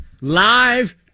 live